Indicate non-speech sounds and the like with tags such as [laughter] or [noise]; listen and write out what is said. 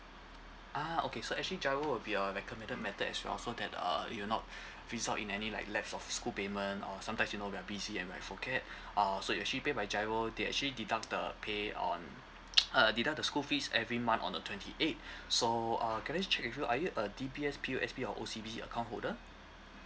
ah okay so actually GIRO will be our recommended method as well so that uh you not result in any like left of school payment or sometimes you know we are busy and we are forget uh so if you paid by GIRO they actually deduct the pay on [noise] uh deduct the school fees every month on the twenty eighth so uh can I just check with you are you a D_B_S P_O_S_B or O_C_B_C account holder